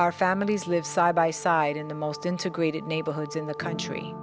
our families live side by side in the most integrated neighborhoods in the country